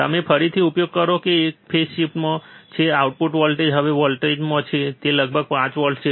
તમે ફરીથી ઉપયોગ કરો ત્યાં એક ફેઝ શિફ્ટમાં છે આઉટપુટ વોલ્ટેજ હવે એક વોલ્ટમાંથી છે તે લગભગ 5 વોલ્ટ છે